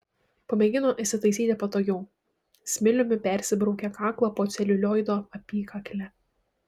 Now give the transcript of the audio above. pamėgino įsitaisyti patogiau smiliumi persibraukė kaklą po celiulioido apykakle